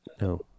No